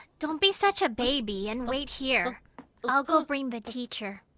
don't be such a baby and wait here i'll go bring the teacher.